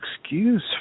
excuse